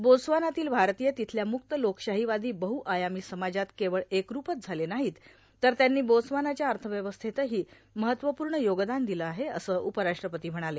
बोत्सवानातील भारतीय र्भितथल्या मुक्त लोकशाहोवादां बहुआयामी समाजात केवळ एकरूपच झाले नाहांत तर त्यांनी बोत्सवानाच्या अथव्यवस्थेतहां महत्त्वपूण योगदान दिलं आहे असं उपराष्ट्रपती म्हणाले